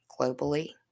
globally